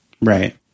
Right